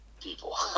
people